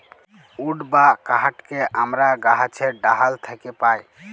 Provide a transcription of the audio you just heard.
would বা কাহাঠকে আমরা গাহাছের ডাহাল থ্যাকে পাই